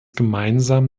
gemeinsam